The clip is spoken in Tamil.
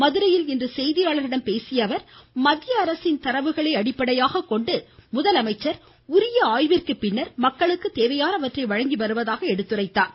மதுரையில் இன்று செய்தியாளர்களிடம் பேசிய அவர் மத்திய அரசின் தரவுகளை அடிப்படையாக கொண்டு முதலமைச்சர் உரிய ஆய்விற்கு பின்னர் மக்களுக்கு தேவையானவற்றை வழங்கி வருவதாக கூறினார்